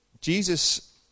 Jesus